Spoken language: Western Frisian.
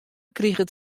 kriget